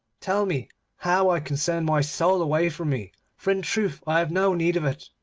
tell me how i can send my soul away from me, for in truth i have no need of it.